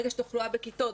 ברגע שיש תחלואה בכיתות,